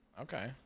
Okay